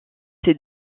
ces